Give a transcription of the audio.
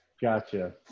Gotcha